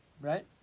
right